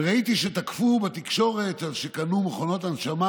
ראיתי שתקפו בתקשורת על כך שקנו מכונות הנשמה